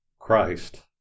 christ